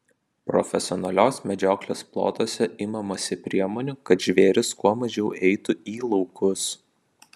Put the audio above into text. profesionalios medžioklės plotuose imamasi priemonių kad žvėrys kuo mažiau eitų į laukus